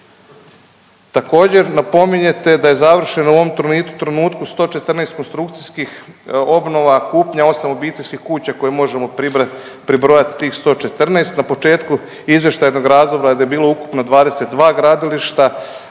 Također napominjete da je završeno u ovom trenutku 114 konstrukcijskih obnova, kupnja 8 obiteljskih kuća koje možemo pribrojat tih 114. Na početku izvještajnog razdoblja je bilo ukupno 22 gradilišta,